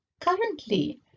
Currently